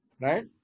Right